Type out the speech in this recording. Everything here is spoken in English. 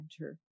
enter